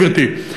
גברתי,